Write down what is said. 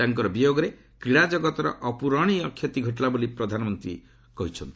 ତାଙ୍କର ବିୟୋଗରେ କ୍ରୀଡ଼ାଜଗତର ଅପ୍ରରଣୀୟ କ୍ଷତି ଘଟିଲା ବୋଲି ପ୍ରଧାନମନ୍ତ୍ରୀ କହିଚ୍ଚନ୍ତି